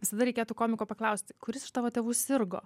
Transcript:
visada reikėtų komiko paklausti kuris iš tavo tėvų sirgo